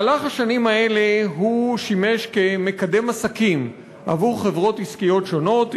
בשנים האלה הוא שימש כמקדם עסקים עבור חברות עסקיות שונות,